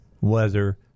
weather